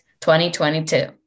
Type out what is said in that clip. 2022